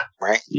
Right